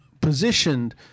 positioned